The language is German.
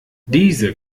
diese